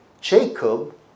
Jacob